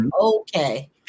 okay